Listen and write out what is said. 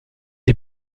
est